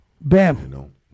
Bam